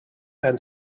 and